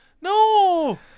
No